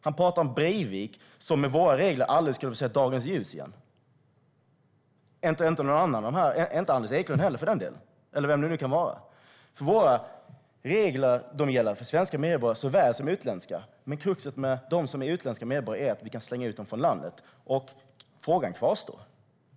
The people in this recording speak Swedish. Han talar om Breivik, som med våra regler aldrig skulle ha fått se dagens ljus igen. Det skulle inte Anders Eklund heller, eller vem det nu kan vara. Våra regler gäller för svenska medborgare lika väl som för utländska. Men de som är utländska medborgare kan vi slänga ut från landet. Frågan kvarstår.